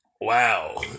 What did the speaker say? Wow